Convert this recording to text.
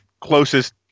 closest